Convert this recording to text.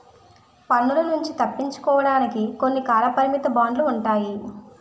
పన్నుల నుంచి తప్పించుకోవడానికి కొన్ని కాలపరిమిత బాండ్లు ఉంటాయి